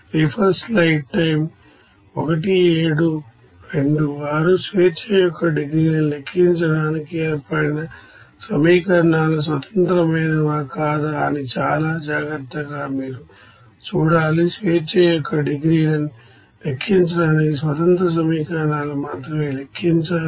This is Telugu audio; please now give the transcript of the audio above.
డిగ్రీస్ అఫ్ ఫ్రీడమ్ను లెక్కించడానికి ఏర్పడిన సమీకరణాలు స్వతంత్రమైనవా కాదా అని చాలా జాగ్రత్తగా మీరు ఉండాలి డిగ్రీస్ అఫ్ ఫ్రీడమ్ను లెక్కించడానికి స్వతంత్ర సమీకరణాలను మాత్రమే లెక్కించాలి